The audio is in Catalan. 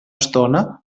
estona